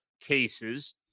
cases